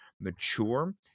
mature